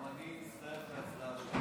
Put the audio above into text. גם אני מצטרף להצדעה שלך.